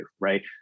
right